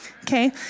Okay